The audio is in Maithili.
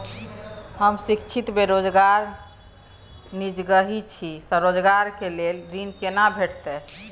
हम शिक्षित बेरोजगार निजगही छी, स्वरोजगार के लेल ऋण केना भेटतै?